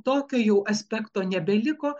tokio jau aspekto nebeliko